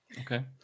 Okay